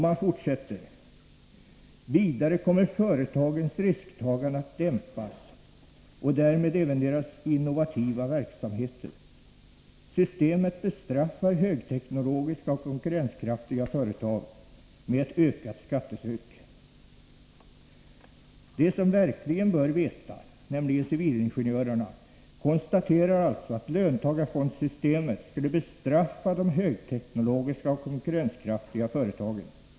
Man fortsätter: ”Vidare kommer företagens risktagande att dämpas och därmed även deras innovativa verksamheter. Systemet bestraffar högteknologiska och konkurrenskraftiga företag med ett ökat skattetryck.” De som verkligen bör veta, nämligen civilingenjörerna, konstaterar alltså att löntagarfondssystemet skulle bestraffa de högteknologiska och konkurrenskraftiga företagen.